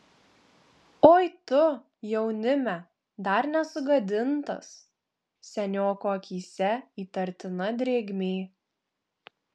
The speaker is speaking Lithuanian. oi tu jaunime dar nesugadintas senioko akyse įtartina drėgmė